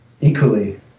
equally